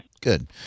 Good